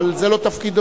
אבל זה לא תפקידו.